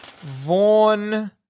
Vaughn